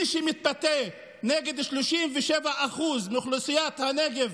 מי שמתבטא נגד 37% מאוכלוסיית הנגב,